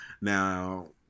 now